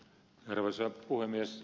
arvoisa puhemies